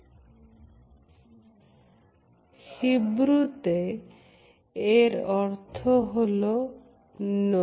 হিব্রুতে এই চিহ্নের অর্থ হলো নখ